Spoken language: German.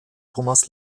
thomas